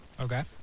Okay